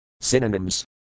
Synonyms